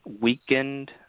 Weakened